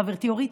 חברתי אורית,